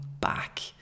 back